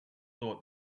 thought